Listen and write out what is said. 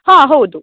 ಹಾಂ ಹೌದು